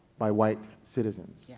by white citizens,